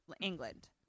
England